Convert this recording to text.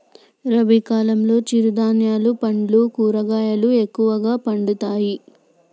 రబీ కాలంలో చిరు ధాన్యాలు పండ్లు కూరగాయలు ఎక్కువ పండుతాయట